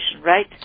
right